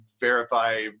verify